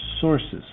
Sources